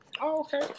okay